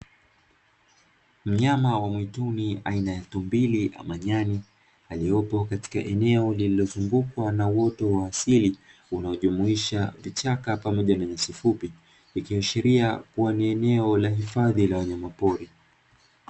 Mnyama wa mwituni aina ya tumbili ama nyani aliyepo katika eneo lililozungukwa na uoto wa asili unaojumuisha vichaka pamoja na nyasi fupi, ikiashiria kuwa ni eneo la hifadhi la wanyamapori.